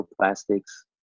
plastics